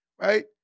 right